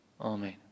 Amen